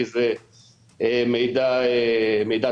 כי זה לא מידע ציבורי.